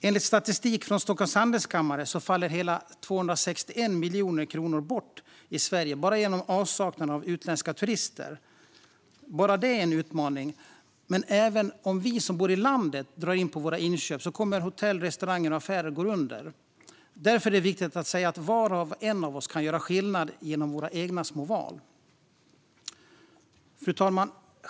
Enligt statistik från Stockholms Handelskammare faller hela 261 miljoner kronor bort i Sverige bara genom avsaknaden av utländska turister. Bara det är en utmaning. Men även om vi som bor i landet drar in på våra inköp kommer hotell, restauranger och affärer att gå under. Därför är det viktigt att säga att var och en av oss kan göra skillnad genom våra egna små val. Fru talman!